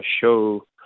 show